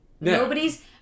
Nobody's